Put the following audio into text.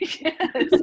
yes